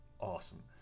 awesome